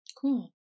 Cool